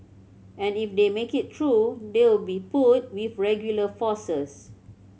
and if they make it through they'll be put with regular forces